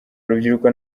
urubyiruko